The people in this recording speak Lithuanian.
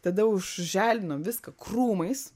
tada užželdinom viską krūmais